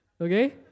Okay